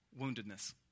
Woundedness